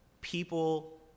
people